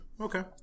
Okay